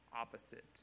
opposite